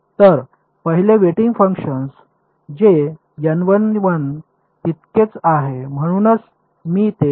तर पहिले weighting function जे तितकेच आहे म्हणूनच मी ते करणार आहे